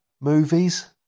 movies